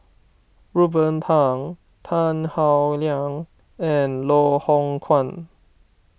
Ruben Pang Tan Howe Liang and Loh Hoong Kwan